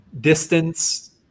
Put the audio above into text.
distance